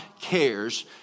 cares